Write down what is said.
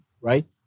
right